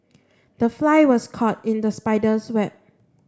the fly was caught in the spider's web